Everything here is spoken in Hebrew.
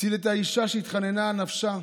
הציל את האישה, שהתחננה על נפשה,